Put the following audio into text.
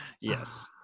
Yes